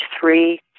three